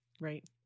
Right